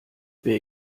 wer